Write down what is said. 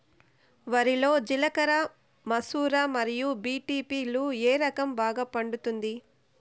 వరి లో జిలకర మసూర మరియు బీ.పీ.టీ లు ఏ రకం బాగా పండుతుంది